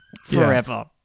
forever